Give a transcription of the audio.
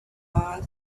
mass